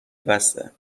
بسه